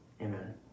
amen